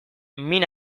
min